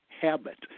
habit